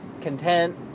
content